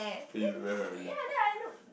then you where her is